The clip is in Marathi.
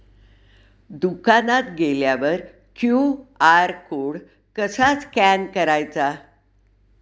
दुकानात गेल्यावर क्यू.आर कोड कसा स्कॅन करायचा?